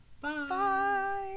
Bye